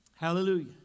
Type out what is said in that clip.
Hallelujah